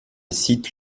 cite